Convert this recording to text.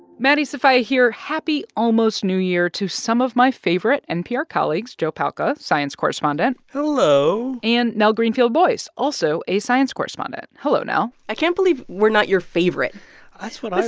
maddie sofia here. happy almost new year to some of my favorite npr colleagues joe palca, science correspondent. hello. and nell greenfieldboyce, also a science correspondent. hello, nell i can't believe we're not your favorite that's what i